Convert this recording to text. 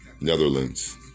Netherlands